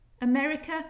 America